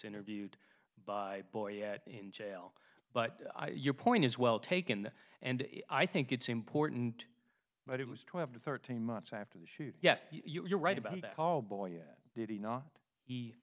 interviewed by boy in jail but your point is well taken and i think it's important but it was twelve to thirteen months after the shoot yes you're right about that oh boy did he not